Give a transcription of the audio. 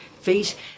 feet